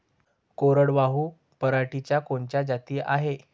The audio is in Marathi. कोरडवाहू पराटीच्या कोनच्या जाती हाये?